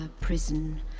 prison